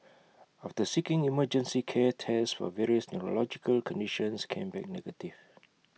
after seeking emergency care tests for various neurological conditions came back negative